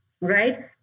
right